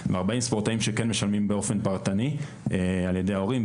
ו-40 ספורטאים שכן משלמים באופן פרטני על-ידי ההורים,